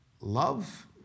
Love